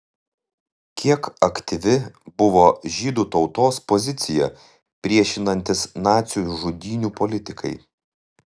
kiek aktyvi buvo žydų tautos pozicija priešinantis nacių žudynių politikai